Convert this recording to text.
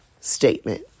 statement